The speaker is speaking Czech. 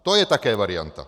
To je také varianta.